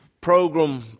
program